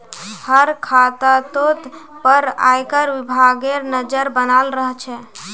हर खातातोत पर आयकर विभागेर नज़र बनाल रह छे